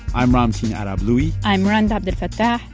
i'm ramtin yeah arablouei i'm rund abdelfatah.